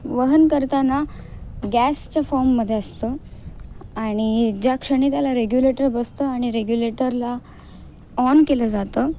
वहन करताना गॅसच्या फॉर्ममध्ये असतं आणि ज्या क्षणी त्याला रेग्युलेटर बसतं आणि रेग्युलेटरला ऑन केलं जातं